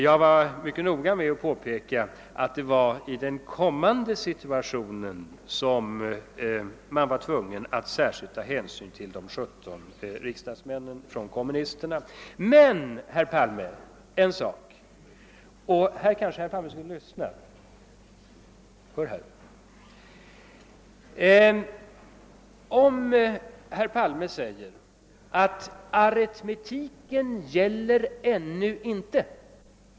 Jag var noga med att påpeka att det är i den kommande situationen som man är tvungen att särskilt ta hänsyn till de 17 kommunistiska riksdagsmännen. Men, herr Palme — här borde herr Palme kanske lyssna; hör här! — om herr Palme säger att aritmetiken ännu inte gäller, är jag med på det.